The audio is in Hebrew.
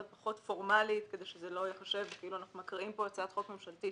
פחות פורמלית כדי שזה לא ייחשב כאילו אנחנו מקריאים פה הצעת חוק ממשלתית,